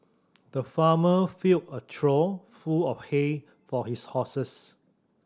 the farmer filled a trough full of hay for his horses